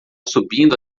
subindo